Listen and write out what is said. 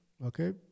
Okay